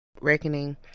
reckoning